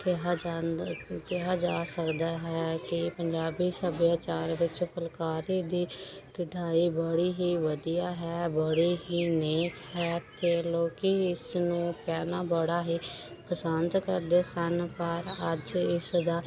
ਕਿਹਾ ਜਾਂਦਾ ਕਿਹਾ ਜਾ ਸਕਦਾ ਹੈ ਕਿ ਪੰਜਾਬੀ ਸੱਭਿਆਚਾਰ ਵਿੱਚ ਫੁਲਕਾਰੀ ਦੀ ਕਢਾਈ ਬੜੀ ਹੀ ਵਧੀਆ ਹੈ ਬੜੀ ਹੀ ਨੇਕ ਹੈ ਇੱਥੇ ਲੋਕ ਇਸਨੂੰ ਪਹਿਲਾਂ ਬੜਾ ਹੀ ਪਸੰਦ ਕਰਦੇ ਸਨ ਪਰ ਅੱਜ ਇਸ ਦਾ